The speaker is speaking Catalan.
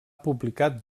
publicat